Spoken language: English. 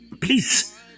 please